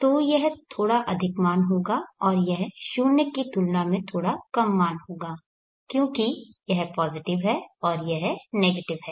तो यह थोड़ा अधिक मान होगा और यह 0 की तुलना में थोड़ा कम मान होगा क्योंकि यह पॉजिटिव है और यह नेगेटिव है